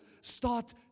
start